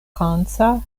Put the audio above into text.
franca